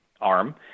arm